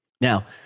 Now